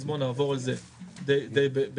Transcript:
נעבור על זה די במהרה.